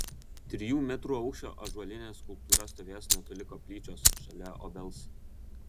trijų metrų aukščio ąžuolinė skulptūra stovės netoli koplyčios šalia obels